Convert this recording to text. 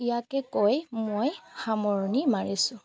ইয়াকে কৈ মই সামৰণি মাৰিছোঁ